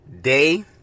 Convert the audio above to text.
day